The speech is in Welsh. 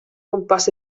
gwmpas